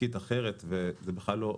עסקית אחרת, זה בכלל לא,